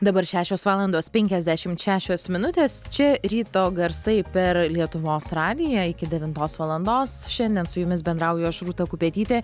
dabar šešios valandos penkiasdešimt šešios minutės čia ryto garsai per lietuvos radiją iki devintos valandos šiandien su jumis bendrauju aš rūta kupetytė